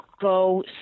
go